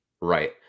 Right